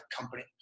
company